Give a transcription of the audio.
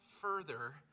further